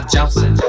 Johnson